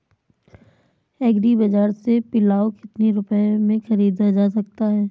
Agree बाजार से पिलाऊ कितनी रुपये में ख़रीदा जा सकता है?